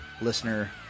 listener